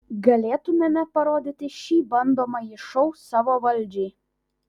galėtumėme parodyti šį bandomąjį šou savo valdžiai